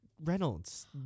Reynolds